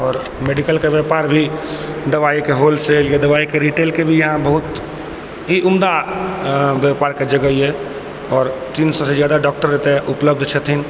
आओर मेडिकल के ब्यापार भी दबाइ के होलसेल दबाइ के रिटेल के भी इहाँ बहुत ही उम्मदा आ ब्यापार के जगह यऽ आओर तीन सएसँ जादा डॉक्टर एतऽ उपलब्ध छथिन